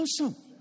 awesome